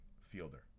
fielder